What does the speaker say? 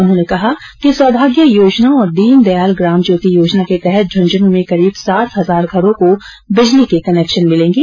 उन्होंने कहा कि सौभाग्य योजना और दीनदयाल ग्राम ज्योति योजना के तहत झुंझुनू में करीब सात हजार घरों को बिजली के कनेक्शन मिलेंगे